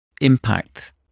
impact